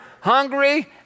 Hungry